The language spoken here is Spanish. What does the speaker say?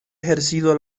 ejercido